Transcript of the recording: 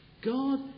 God